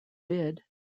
bid